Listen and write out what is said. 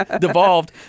devolved